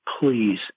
please